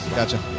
Gotcha